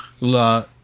La